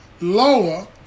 lower